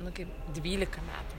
nu kaip dvylika metų